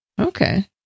Okay